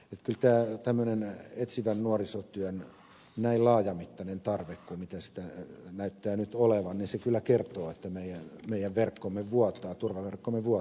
kyllä tämä tämmöinen etsivän nuorisotyön näin laajamittainen tarve kuin näyttää nyt olevan kyllä kertoo siitä että meidän verkkomme vuotaa turvaverkkomme vuotaa